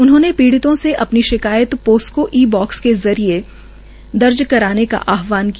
उन्होंने पीड़ियों से अपनी शिकायत पोस्को ई बाक्स् के जरिये दर्ज कराने का आहवान किया